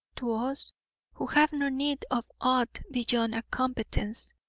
to us who have no need of aught beyond a competence,